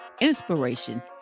inspiration